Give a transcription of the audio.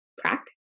prac